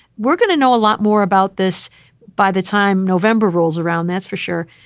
we're going to know a lot more about this by the time november rolls around, that's for sure.